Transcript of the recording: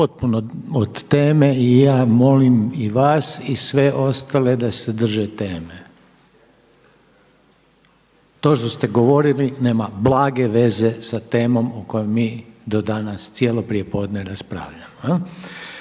potpuno od teme i ja molim i vas i sve ostale da se drže teme. To što ste govorili nema blage veze sa temom o kojoj mi danas cijelo prije podne raspravljamo.